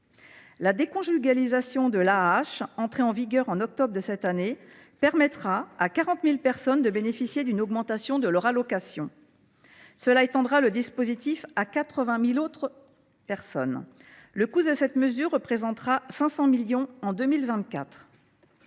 La déconjugalisation de l’AAH, entrée en vigueur le 1 octobre dernier, permettra à 40 000 personnes de bénéficier d’une augmentation de leur allocation et étendra le dispositif à 80 000 autres personnes. Le coût de cette mesure représentera 500 millions d’euros